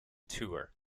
tour